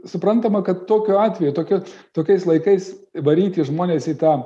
suprantama kad tokiu atveju tokia tokiais laikais įvaryti žmonės į tą